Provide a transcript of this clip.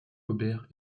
aubert